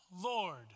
Lord